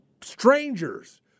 strangers